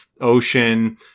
ocean